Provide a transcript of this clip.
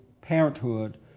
Parenthood